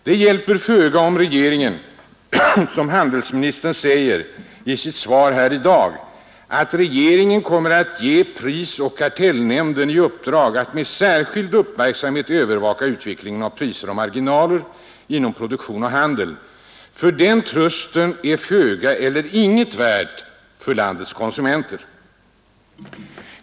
Det hjälper föga om regeringen, som handelsministern säger i sitt svar i dag, ”kommer ——— att ge prisoch kartellnämnden i uppdrag att med särskild uppmärksamhet övervaka utvecklingen av priser och marginaler inom produktion och handel”. Den trösten är föga eller inget värd för landets konsumenter.